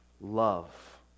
love